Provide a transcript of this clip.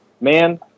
man